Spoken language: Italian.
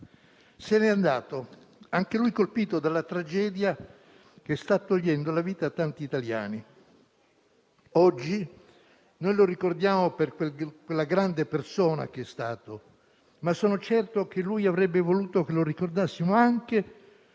Se ne è andato, anche lui colpito dalla tragedia che sta togliendo la vita a tanti italiani. Oggi lo ricordiamo per quella grande persona che è stata, ma sono certo che avrebbe voluto che lo ricordassimo anche